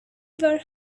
were